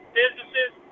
businesses